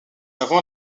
avant